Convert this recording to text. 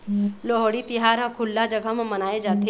लोहड़ी तिहार ह खुल्ला जघा म मनाए जाथे